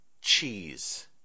Cheese